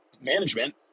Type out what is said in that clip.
management